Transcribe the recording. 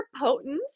potent